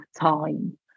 time